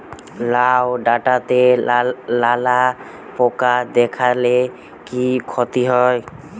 লাউ ডাটাতে লালা পোকা দেখালে কি ক্ষতি হয়?